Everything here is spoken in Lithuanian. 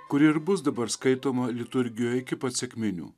kuri ir bus dabar skaitoma liturgijoj iki pat sekminių